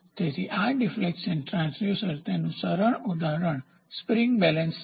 તેથી આ deflection transducer જેનું સરળ ઉદાહરણ સ્પ્રીંગ બેલેન્સ છે